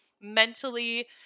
mentally